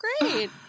great